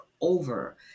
over